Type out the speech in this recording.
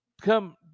come